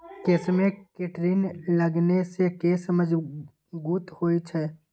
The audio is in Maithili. केशमे केरेटिन लगेने सँ केश मजगूत होए छै